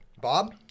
Bob